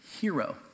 hero